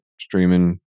streaming